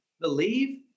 believe